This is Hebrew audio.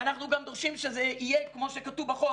אנחנו גם דורשים שזה יהיה כמו שכתוב בחוק.